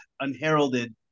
unheralded